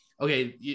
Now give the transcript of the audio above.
Okay